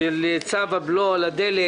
צו הבלו על הדלק,